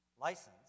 License